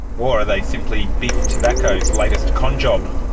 or are they simply big tobacco's latest con job?